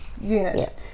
unit